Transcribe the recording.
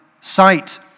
sight